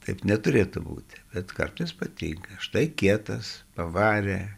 taip neturėtų būti bet kartais patinka štai kietas pavarė